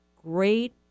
great